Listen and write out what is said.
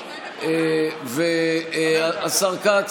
השר כץ,